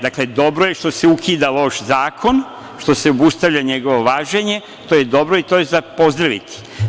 Dakle, dobro je što se ukida loš zakon, što se obustavlja njegovo važenje, to je dobro i to je za pozdraviti.